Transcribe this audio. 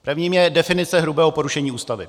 Prvním je definice hrubého porušení Ústavy.